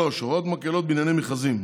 3. הוראות מקילות בענייני מכרזים,